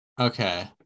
Okay